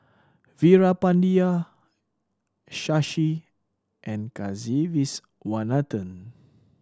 Veerapandiya Shashi and Kasiviswanathan